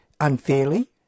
unfairly